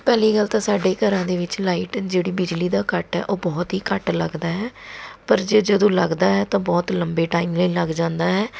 ਪਹਿਲੀ ਗੱਲ ਤਾਂ ਸਾਡੇ ਘਰਾਂ ਦੇ ਵਿੱਚ ਲਾਈਟ ਜਿਹੜੀ ਬਿਜਲੀ ਦਾ ਕੱਟ ਹੈ ਉਹ ਬਹੁਤ ਹੀ ਘੱਟ ਲੱਗਦਾ ਹੈ ਪਰ ਜੇ ਜਦੋਂ ਲੱਗਦਾ ਹੈ ਤਾਂ ਬਹੁਤ ਲੰਬੇ ਟਾਈਮ ਲਈ ਲੱਗ ਜਾਂਦਾ ਹੈ